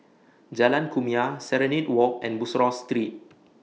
Jalan Kumia Serenade Walk and Bussorah Street